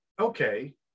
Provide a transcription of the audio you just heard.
okay